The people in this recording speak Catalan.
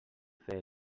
fer